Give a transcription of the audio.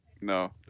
No